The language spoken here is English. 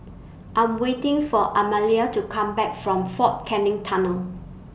I'm waiting For Amalia to Come Back from Fort Canning Tunnel